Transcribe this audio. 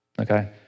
okay